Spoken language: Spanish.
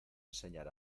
enseñar